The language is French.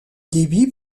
débit